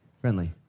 friendly